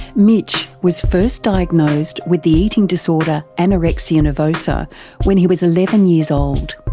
mitch was first diagnosed with the eating disorder anorexia nervosa when he was eleven years old.